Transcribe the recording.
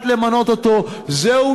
ציבוריים.